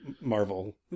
Marvel